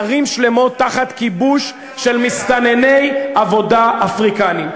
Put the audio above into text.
ערים שלמות תחת כיבוש של מסתנני עבודה אפריקנים,